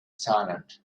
silent